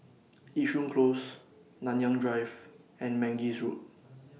Yishun Close Nanyang Drive and Mangis Road